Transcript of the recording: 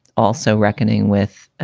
also reckoning with,